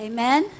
Amen